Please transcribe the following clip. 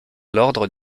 l’ordre